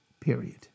Period